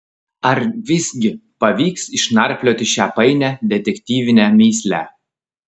ar visgi pavyks išnarplioti šią painią detektyvinę mįslę